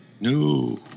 No